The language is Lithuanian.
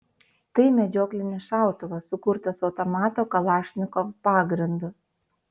tai medžioklinis šautuvas sukurtas automato kalašnikov pagrindu